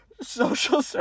Social